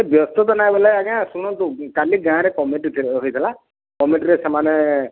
ଏ ବ୍ୟସ୍ତ ତ ନାଇଁ ବୋଲେ ଆଜ୍ଞା ଶୁଣନ୍ତୁ କାଲି ଗାଁରେ କମିଟି ହେଇଥିଲା କମିଟିରେ ସେମାନେ